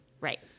right